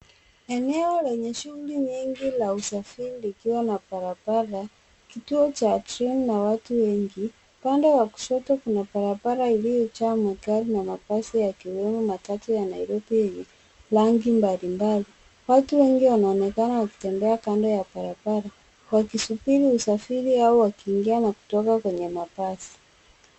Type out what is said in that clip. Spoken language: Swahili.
Eneo lenye shughuli nyingi la usafiri likiwa na barabara, kituo cha treni na watu wengi. Upande kwa kushoto kuna barabara iliyojaa magari na mabasi yakiwemo matatu ya Nairobi yenye rangi mbali mbali. Watu wengi wanaonekana wakitembea kando ya barabara, wakisubiri usafiri au wakiingia na kutoka kwenye mabasi.